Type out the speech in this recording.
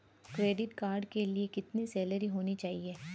Credit card के लिए कितनी सैलरी होनी चाहिए?